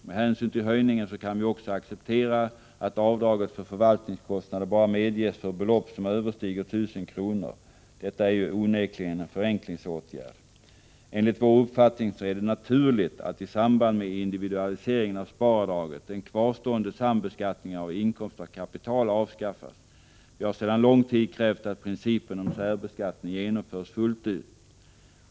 Med hänsyn till höjningen kan vi också acceptera att avdraget för förvaltningskostnader bara medges för belopp som överstiger 1 000 kr. Detta är onekligen en förenklingsåtgärd. Enligt vår uppfattning är det naturligt att i samband med individualiseringen av sparavdraget den kvarstående sambeskattningen av inkomst av kapital avskaffas. Vi har sedan lång tid krävt att principen om särbeskattning genomförs fullt ut.